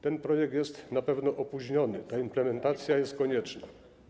Ten projekt jest na pewno opóźniony, a implementacja jest konieczna.